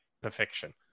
perfection